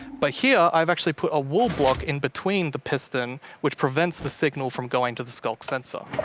but here, i've actually put a wool block in between the piston which prevents the signal from going to the skulk sensor.